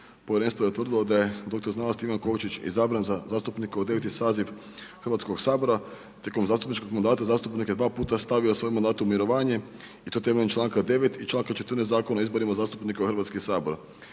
Povjerenstvo je utvrdili da je dr.sc. Ivan Kovačić izabran za zastupnika u 9. saziv HS-a tijekom zastupničkog mandata zastupnik je dva puta stavio svoj mandat u mirovanje i to temeljem čl. 9. i čl. 14. Zakona o izborima zastupnika u HS.